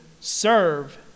serve